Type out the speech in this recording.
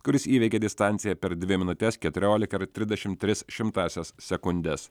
kuris įveikė distanciją per dvi minutes keturiolika ir trisdešimt tris šimtąsias sekundės